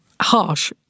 harsh